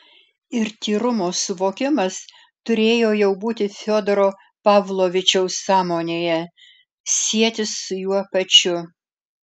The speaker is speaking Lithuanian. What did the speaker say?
ir tyrumo suvokimas turėjo jau būti fiodoro pavlovičiaus sąmonėje sietis su juo pačiu